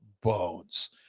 Bones